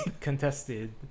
contested